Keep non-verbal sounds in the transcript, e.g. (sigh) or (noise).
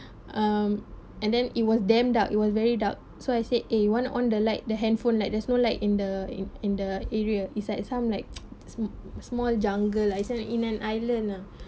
um and then it was damn dark it was very dark so I said eh want to on the light the handphone light there's no light in the in in the area is like some like (noise) sm~ small jungle I said in an island ah